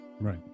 Right